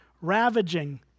ravaging